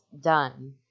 done